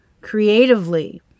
creatively